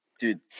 Dude